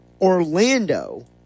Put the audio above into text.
Orlando